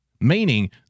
Meaning